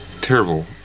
terrible